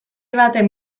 baten